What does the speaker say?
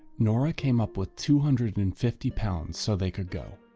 nora came up with two hundred and and fifty pounds so they could go.